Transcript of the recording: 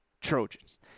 Trojans